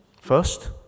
First